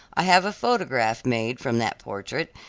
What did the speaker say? i have a photograph made from that portrait,